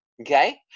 Okay